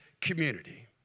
community